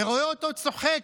ורואה אותו צוחק,